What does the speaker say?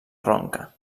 ronca